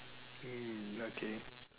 ill okay